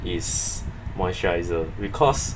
is moisturiser because